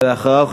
ואחריו,